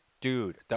dude